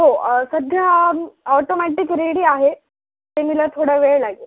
हो सध्या automatic ready आहे ते सेमीला थोडा वेळ लागेल